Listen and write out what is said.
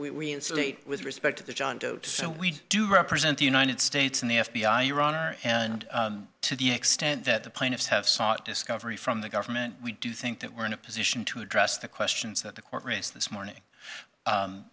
it we insulate with respect to the john doe to so we do represent the united states and the f b i your honor and to the extent that the plaintiffs have sought discovery from the government we do think that we're in a position to address the questions that the court raise this morning